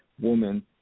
woman